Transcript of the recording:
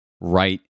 right